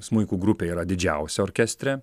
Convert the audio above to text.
smuikų grupė yra didžiausia orkestre